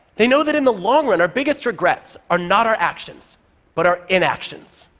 they know that in the long run, our biggest regrets are not our actions but our inactions.